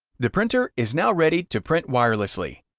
the printer is now ready to print wirelessly.